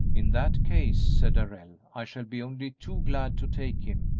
in that case, said darrell, i shall be only too glad to take him,